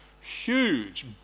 huge